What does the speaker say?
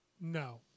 no